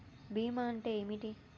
బీమా అంటే ఏమిటి?